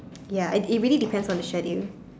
ya it it really depends on the schedule